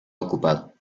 ocupado